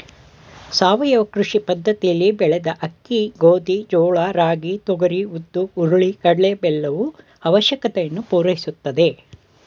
ಸಾವಯವ ಕೃಷಿ ಪದ್ದತಿಲಿ ಬೆಳೆದ ಅಕ್ಕಿ ಗೋಧಿ ಜೋಳ ರಾಗಿ ತೊಗರಿ ಉದ್ದು ಹುರುಳಿ ಕಡಲೆ ಬೆಲ್ಲವು ಅವಶ್ಯಕತೆಯನ್ನು ಪೂರೈಸುತ್ತದೆ